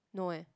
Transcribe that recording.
no eh